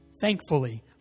thankfully